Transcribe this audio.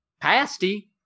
pasty